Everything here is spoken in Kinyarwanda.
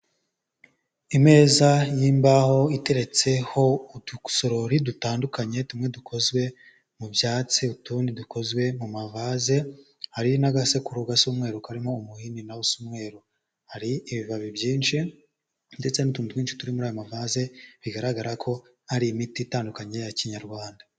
Ameza y'imbaho iteretseho udusorori dutandukanye tumwe dukozwe mu byatsi, utundi dukozwe mu mavaze, hari n'agasekuru k'umweru karimo umuhini nawo usa umweruru, hari ibibabi byinshi ndetse n'utuntu twinshi tukozwe muri ayo mavase bigaragara ko hari imiti itandukanye ya kinyarwanda.